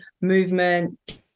movement